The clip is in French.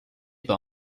par